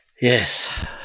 Yes